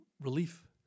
relief